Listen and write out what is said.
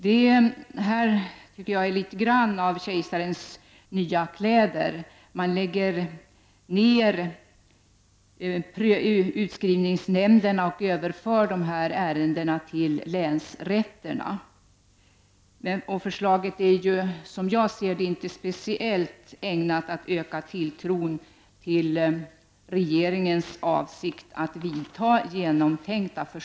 Jag tycker att detta är litet grand av kejsarens nya kläder — man lägger ned utskrivningsnämnderna och överför dessa ärenden till länsrätterna. Förslaget är, som jag ser det, inte i speciellt hög grad ägnat att öka tilltron till regeringens avsikt att vidta genomtänkta åtgärder.